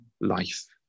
life